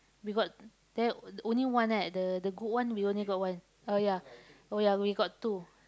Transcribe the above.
we got there only one right the the good one we only got one oh ya oh ya we got two